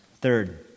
Third